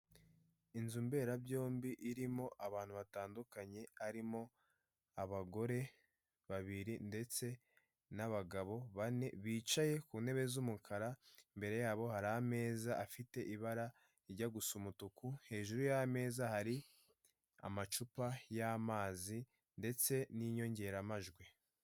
Inzu mberabyombi irimo abantu batandukanye harimo abagore babiri ndetse n'abagabo bane bicaye ku ntebe z'umukara, imbere yabo hari ameza afite ibara rijya gusa umutuku hejuru y'ameza hari amacupa y'amazi ndetse n'inyongeramajwi.